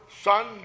Son